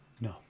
no